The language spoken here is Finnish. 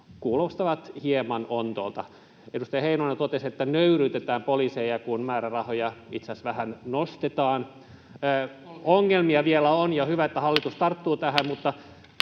kuulostavat hieman ontoilta. Edustaja Heinonen totesi, että ”nöyryytetään” poliiseja, kun määrärahoja itse asiassa vähän nostetaan. Ongelmia vielä on, ja hyvä, että hallitus tarttuu tähän,